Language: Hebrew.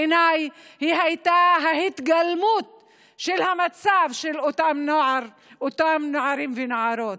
בעיניי היא הייתה ההתגלמות של המצב של אותם נערים ונערות.